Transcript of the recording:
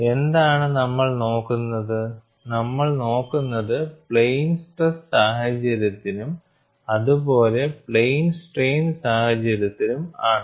എന്താണ് നമ്മൾ നോക്കുന്നത് നമ്മൾ നോക്കൂന്നത് പ്ലെയിൻ സ്ട്രെസ് സാഹചര്യത്തിനും അതുപോലെ പ്ലെയിൻ സ്ട്രെയിൻ സാഹചര്യത്തിനും ആണ്